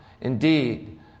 Indeed